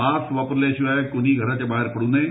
mask वापरल्या शिवाय कोणीही घराच्या बाहेर पड्र नये